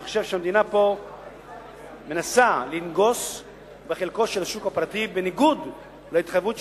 אני חושב שהמדינה מנסה פה לנגוס בחלקו של השוק הפרטי בניגוד להתחייבותה,